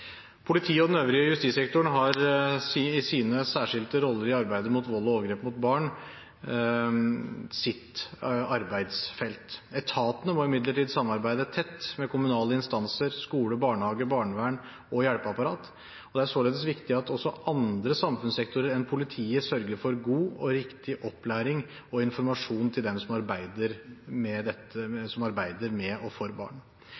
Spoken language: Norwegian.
Politiet og den øvrige justissektoren har sine særskilte roller i arbeidet mot vold og overgrep mot barn i sitt arbeidsfelt. Etatene må imidlertid samarbeide tett med kommunale instanser, skole, barnehage, barnevern og hjelpeapparat, og det er således viktig at også andre samfunnssektorer enn politiet sørger for god og riktig opplæring og informasjon til dem som arbeider med